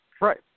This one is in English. Right